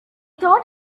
thought